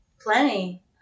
Plenty